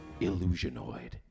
Illusionoid